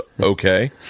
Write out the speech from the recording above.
okay